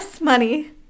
money